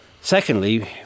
Secondly